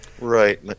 Right